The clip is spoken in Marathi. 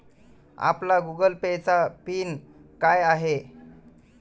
आपला गूगल पे चा पिन काय आहे?